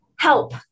help